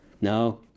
no